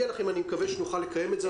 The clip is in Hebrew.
אני מקווה שנוכל לקיים את זה.